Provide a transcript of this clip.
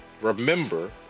Remember